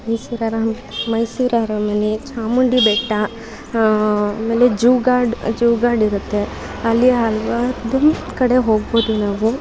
ಮೈಸೂರು ಅರ ಮೈಸೂರು ಅರಮನೆ ಚಾಮುಂಡಿ ಬೆಟ್ಟ ಆಮೇಲೆ ಜೂ ಗಾರ್ಡನ್ ಜೂ ಗಾರ್ಡನ್ ಇರುತ್ತೆ ಅಲ್ಲಿ ಹಲವಾರು ಕಡೆ ಹೋಗ್ಬೋದು ನಾವು